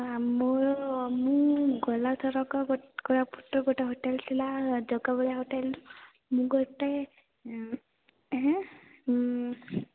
ହଁ ମୋର ମୁଁ ଗଲା ଥରକ ଗୋଟେ କୋରାପୁଟ ଗୋଟେ ହୋଟେଲ ଥିଲା ଜଗାବଳିଆ ହୋଟେଲ ମୁଁ ଗୋଟେ